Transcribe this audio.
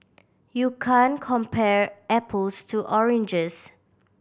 you can't compare apples to oranges